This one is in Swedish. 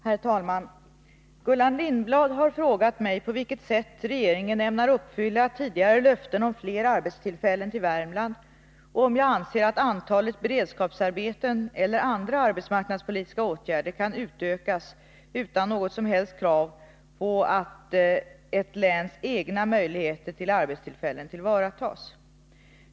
Herr talman! Gullan Lindblad har frågat mig på vilket sätt regeringen ämnar uppfylla tidigare löften om fler arbetstillfällen till Värmland och om jag anser att antalet beredskapsarbeten eller andra arbetsmarknadspolitiska åtgärder kan utökas utan något som helst krav på att ett läns egna möjligheter till arbetstillfällen tillvaratas.